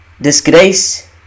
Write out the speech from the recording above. Disgrace